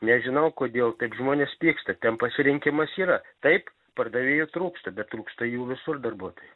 nežinau kodėl taip žmonės pyksta ten pasirinkimas yra taip pardavėjų trūksta bet trūksta jų visur darbuotojų